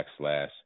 backslash